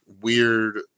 weird